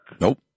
Nope